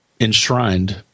Enshrined